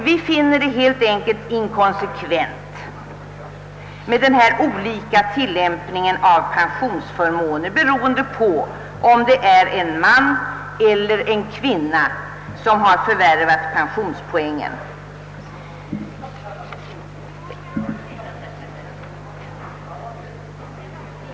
Vi finner det helt enkelt inkonsekvent med denna olika tillämpning av pensionsförmåner beroende på om det är en man eller en kvinna som har förvärvat pensionspoängen.